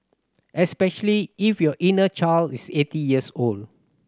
especially if your inner child is eight years old